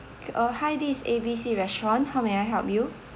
uh hi this is A B C restaurant how may I help you